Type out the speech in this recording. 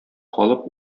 калып